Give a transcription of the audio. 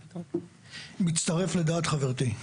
מצטרף לדעת חברתי.